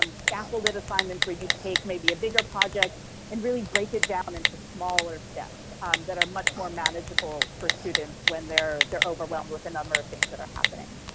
um scaffolded assignments where you take maybe a bigger project and really break it down into smaller steps that are much more manageable for students when they're they're overwhelmed with a number of things that are happening.